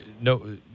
no